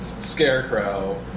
Scarecrow